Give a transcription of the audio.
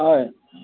হয়